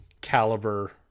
caliber